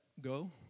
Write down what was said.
go